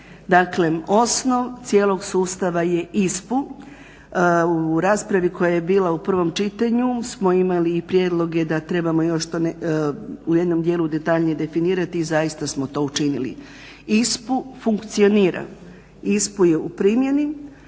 Dakle osnov cijelog sustava je ISPU. U raspravi koja je bila u prvom čitanju smo imali i prijedloge da trebamo to u jednom dijelu detaljnije definirati i zaista smo to učinili. ISPU funkcionira, ISPU je u primjeni,